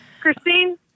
Christine